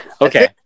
Okay